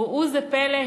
וראו זה פלא,